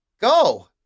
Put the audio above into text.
go